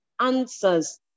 answers